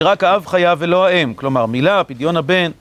רק האב חיה ולא האם. כלומר, מילה, פדיון הבן.